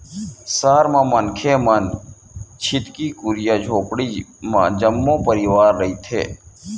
सहर म मनखे मन छितकी कुरिया झोपड़ी म जम्मो परवार रहिथे